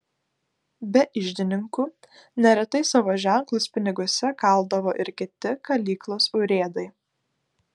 be iždininkų neretai savo ženklus piniguose kaldavo ir kiti kalyklos urėdai